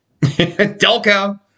Delco